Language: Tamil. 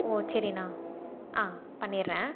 ஓ சரிண்ணா ஆ பண்ணிடுறேன்